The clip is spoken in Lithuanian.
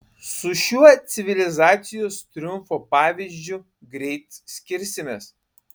su šiuo civilizacijos triumfo pavyzdžiu greit skirsimės